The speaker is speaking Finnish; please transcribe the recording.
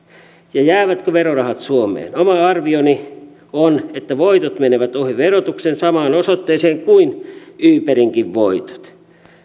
ja jäävätkö verorahat suomeen oma arvioni on että voitot menevät ohi verotuksen samaan osoitteeseen kuin uberinkin voitot